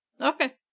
okay